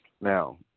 Now